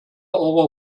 auch